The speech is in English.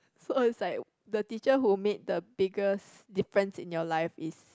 so was like the teacher who make the biggest difference in your life is